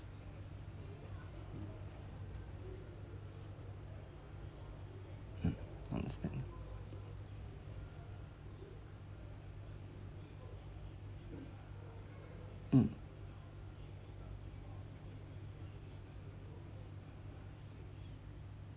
mm understand mm